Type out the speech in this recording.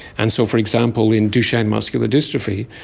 and so, for example, in duchenne muscular dystrophy,